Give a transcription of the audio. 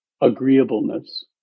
agreeableness